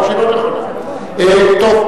ויכול להיות שהיא לא נכונה.